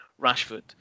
Rashford